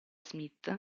smith